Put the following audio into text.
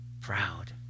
proud